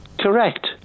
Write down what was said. Correct